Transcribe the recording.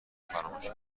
فراموش